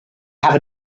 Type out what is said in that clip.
have